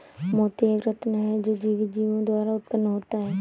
मोती एक रत्न है जो जीवित जीवों द्वारा उत्पन्न होता है